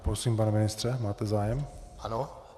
Prosím, pane ministře, máte zájem, ano?